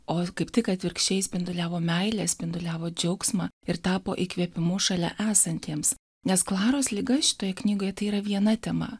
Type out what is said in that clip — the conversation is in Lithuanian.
o kaip tik atvirkščiai spinduliavo meilę spinduliavo džiaugsmą ir tapo įkvėpimu šalia esantiems nes klaros liga šitoje knygoje tai yra viena tema